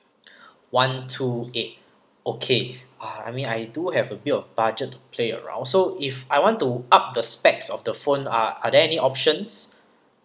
one two eight okay ah I mean I do have a bit of budget to play around so if I want to up the specs of the phone are are there any options